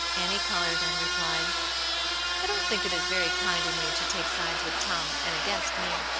annie coloured, and replied i don't think it is very kind in you to take sides with tom, and against me!